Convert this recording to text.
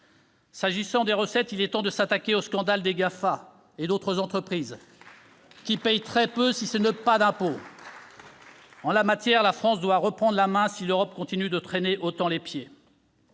concerne les recettes, il est temps de s'attaquer au scandale des GAFA et d'autres entreprises qui paient très peu d'impôts, si ce n'est pas du tout. En la matière, la France doit reprendre la main si l'Europe continue de traîner autant les pieds.